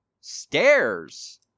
stairs